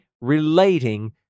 relating